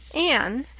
anne,